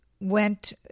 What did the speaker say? went